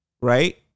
right